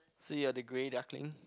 so you're the grey duckling